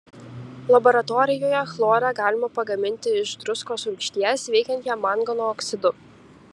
laboratorijoje chlorą galima pagaminti iš druskos rūgšties veikiant ją mangano oksidu